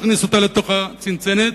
להכניס לתוך הצנצנת,